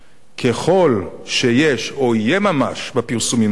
ככל שיש או יהיה ממש בפרסומים האלה,